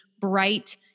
bright